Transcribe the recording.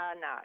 No